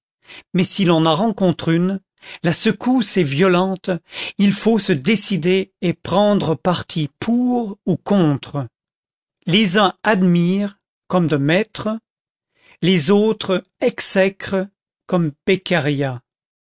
mais si l'on en rencontre une la secousse est violente il faut se décider et prendre parti pour ou contre les uns admirent comme de maistre les autres exècrent comme